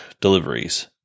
deliveries